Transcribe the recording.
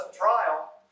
trial